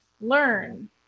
learn